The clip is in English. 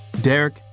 Derek